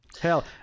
hell